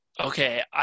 okay